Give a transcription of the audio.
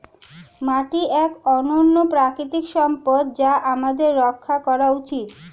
মাটি এক অনন্য প্রাকৃতিক সম্পদ যা আমাদের রক্ষা করা উচিত